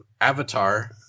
avatar